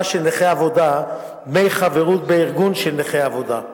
של נכה עבודה דמי חברות בארגון של נכי עבודה,